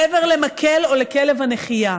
מעבר למקל או לכלב הנחייה.